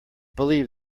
believe